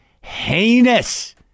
Heinous